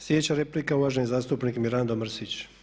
Sljedeća replika uvaženi zastupnik Mirando Mrsić.